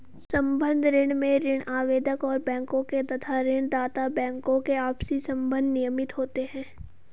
संबद्ध ऋण में ऋण आवेदक और बैंकों के तथा ऋण दाता बैंकों के आपसी संबंध नियमित होते हैं